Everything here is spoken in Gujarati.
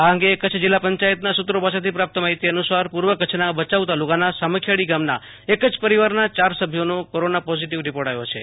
આ અંગે કચ્છ જિલ્લા પંચાયતના સુત્રો પાસેથી પ્રાપ્ત માહિતી અનુસાર પૂર્વ કચ્છના ભચાઉ તાલુકાના સામખિયાળી ગામના એક જ પરિવારના ચાર સભ્યોનો કોરોના પોઝિટિવ રિપોર્ટ આવ્યો છે